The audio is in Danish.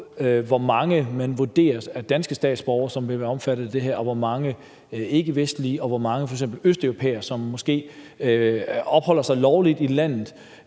hvor mange danske statsborgere man vurderer vil være omfattet af det her, og hvor mange ikkevestlige; f.eks. hvor mange østeuropæere, som måske opholder sig lovligt i landet,